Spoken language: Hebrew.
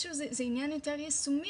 זה עניין יותר יישומי,